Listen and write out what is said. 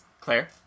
Claire